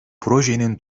projenin